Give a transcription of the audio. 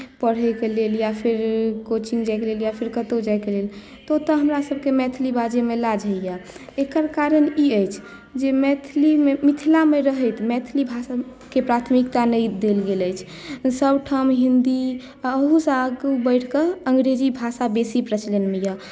पढ़यके लेल या फिर कोचिंग जायके लेल या फेर कतहु जायके लेल तऽ ओतय हमरासभकेँ मैथिली बाजयमे लाज होइए एकर कारण ई अछि जे मैथिलीमे मिथिलामे रहैत मैथिली भाषाकेँ प्राथमिकता नहि देल गेल अछि सभठाम हिन्दी आ ओहूसँ आगू बढ़ि कऽ अङ्ग्रेजी भाषा बेसी प्रचलनमे यए